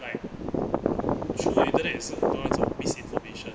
like through internet 也是有很多那种 misinformation